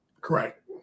Correct